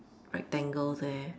rectangle there